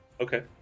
Okay